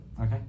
Okay